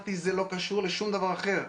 אמרתי שזה לא קשור לשום דבר אחר.